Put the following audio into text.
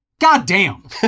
goddamn